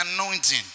anointing